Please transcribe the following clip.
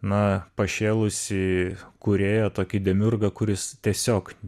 na pašėlusį kūrėją tokį demiurgą kuris tiesiog